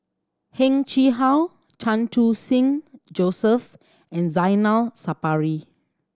Heng Chee How Chan Khun Sing Joseph and Zainal Sapari